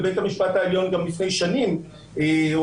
ובבית המשפט העליון כבר לפני שנים הועלתה